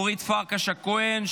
אורית פרקש הכהן,